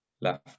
left